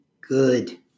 good